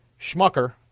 schmucker